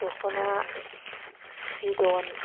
दखना बिदन